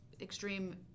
extreme